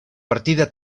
partida